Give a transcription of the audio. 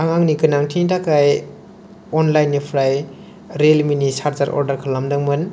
आं आंनि गोनांथिनि थाखाय अनलाइननिफ्राय रियेलमिनि सार्जार अर्डार खालामदोंमोन